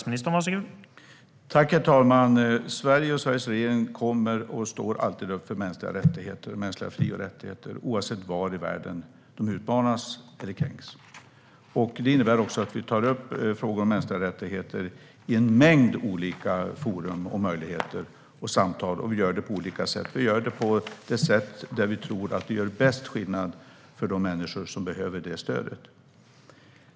Herr talman! Sverige och Sveriges regering står alltid upp för mänskliga fri och rättigheter, oavsett var i världen de utmanas eller kränks. Det innebär att vi tar upp frågan om mänskliga rättigheter i en mängd olika forum och samtal. Vi gör det på olika sätt. Vi gör det på det sätt vi tror gör bäst skillnad för de människor som behöver det stödet.